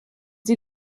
sie